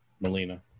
Melina